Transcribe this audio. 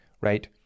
right